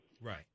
Right